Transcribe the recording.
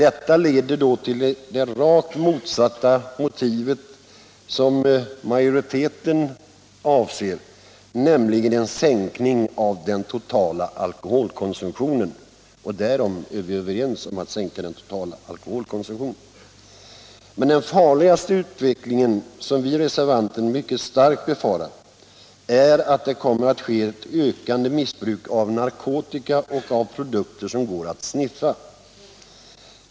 Effekten blir då rakt motsatt den som majoriteten avsåg, nämligen en sänkning av den totala alkoholkonsumtionen - om den målsättningen är vi överens. Men det farligaste som kan inträffa — och det befarar vi reservanter mycket starkt — är en ökning av missbruket av narkotika och produkter som går att sniffa.